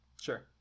sure